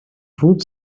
voelt